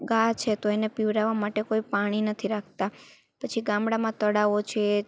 ગાય છે તો એને પીવડાવવાં માટે કોઈ પાણી નથી રાખતાં પછી ગામડામાં તળાવો છે